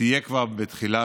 תהיה כבר בתחילת